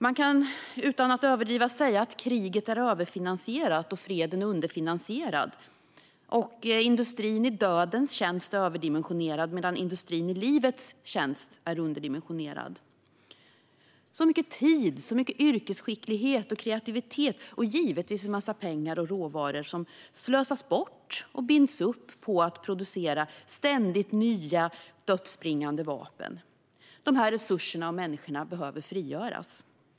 Man kan utan att överdriva säga att kriget är överfinansierat och freden underfinansierad och att industrin i dödens tjänst är överdimensionerad, medan industrin i livets tjänst är underdimensionerad. Det är mycket tid, yrkesskicklighet och kreativitet samt givetvis en massa pengar och råvaror som slösas bort och binds upp på att ständigt producera nya dödsbringande vapen. De här resurserna och människorna behöver frigöras.